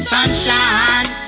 Sunshine